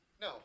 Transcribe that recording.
No